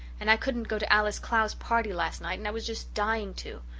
and i couldn't go to alice clow's party last night and i was just dying to.